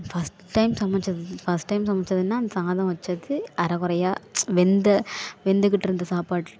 first time சமைச்சது first time சமைச்சதுன்னா அந்த சாதம் வச்சது அரை குறையா வெந்த வெந்துக்கிட்டுருந்த சாப்பாட்டு